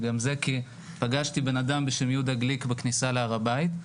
וגם זה כי פגשתי בן אדם בשם יהודה גליק בכניסה להר הבית.